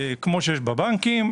כמו שיש בבנקים.